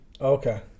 Okay